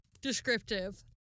Descriptive